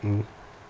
mm